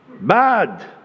Bad